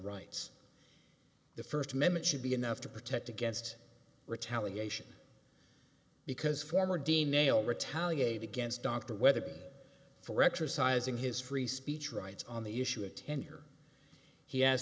rights the first amendment should be enough to protect against retaliation because former dean nailed retaliate against dr weatherby for exercising his free speech rights on the issue attend here he has